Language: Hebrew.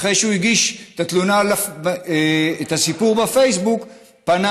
אחרי שהוא הגיש את הסיפור בפייסבוק פנה